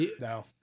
no